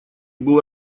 был